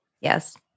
Yes